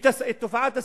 תופעת הסמים,